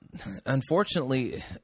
Unfortunately